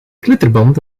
klittenband